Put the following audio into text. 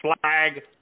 Flag